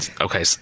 okay